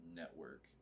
network